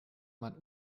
man